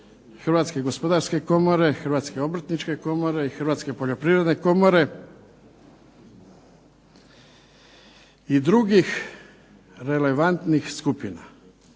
Hrvatske gospodarske komore, Hrvatske obrtničke komore i Hrvatske poljoprivredne komore i drugih relevantnih skupina.